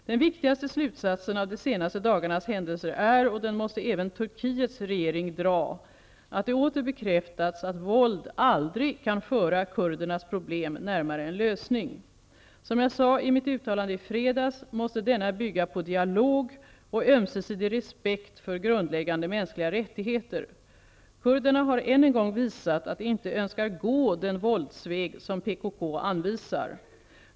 Den viktigaste slutsatsen av de senaste dagarnas händelser är, att den måste även Turkiets regering dra, att det åter bekräftats att våld aldrig kan föra kurdernas problem närmare en lösning. Som jag sade i mitt uttalande i fredags måste denna bygga på dialog och ömsesidig respekt för grundläggande mänskliga rättigheter. Kurderna har än en gång visat att de inte önskar gå den våldsväg som PKK anvisar.